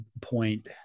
point